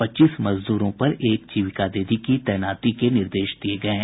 पच्चीस मजदूरों पर एक जीविका दीदी की तैनाती के निर्देश दिये गये हैं